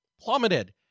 Plummeted